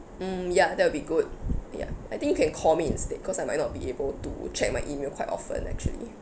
mm ya that would be good ya I think you can call me instead cause I might not be able to check my email quite often actually